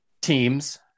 teams